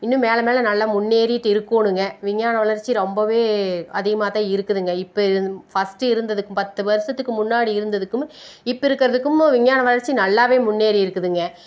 இன்னும் மேலே மேலே நல்லா முன்னேறிகிட்டு இருக்கணுங்க விஞ்ஞான வளர்ச்சி ரொம்பவே அதிகமாக தான் இருக்குதுங்க இப்போ இருந் ஃபர்ஸ்ட்டு இருந்ததுக்கும் பத்து வருஷத்துக்கு முன்னாடி இருந்ததுக்கும் இப்போ இருக்கிறதுக்கும் விஞ்ஞான வளர்ச்சி நல்லாவே முன்னேறிருக்குதுங்க